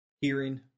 hearing